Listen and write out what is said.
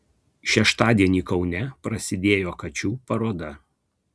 šeštadienį kaune prasidėjo kačių paroda